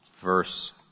verse